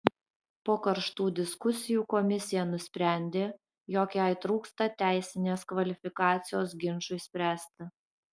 po karštų diskusijų komisija nusprendė jog jai trūksta teisinės kvalifikacijos ginčui spręsti